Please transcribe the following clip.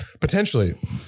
potentially